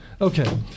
Okay